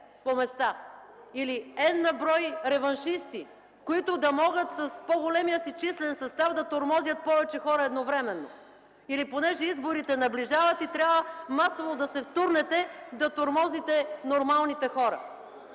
по места или „n” на брой реваншисти, които да могат с по-големия си числен състав да тормозят повече хора едновременно или, понеже изборите наближават, трябва масово да се втурнете да тормозите нормалните хора?